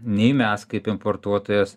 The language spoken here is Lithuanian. nei mes kaip importuotojas